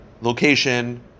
location